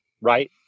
right